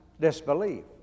disbelief